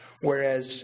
whereas